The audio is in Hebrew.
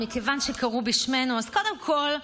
מכיוון שקראו בשמנו, קודם כול,